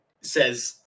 says